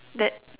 that